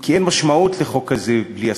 כי אין משמעות לחוק כזה בלי הסכמה,